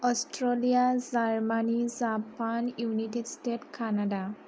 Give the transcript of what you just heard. Australia Germany Japan United State Canada